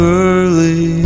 early